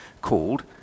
called